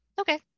Okay